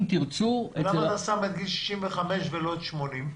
למה זה נתונים מגיל 65 ולא מגיל 80?